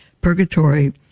Purgatory